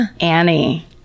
Annie